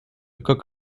cook